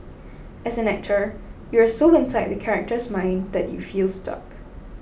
as an actor you are so inside the character's mind that you feel stuck